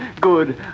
good